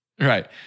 right